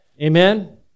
Amen